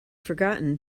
forgotten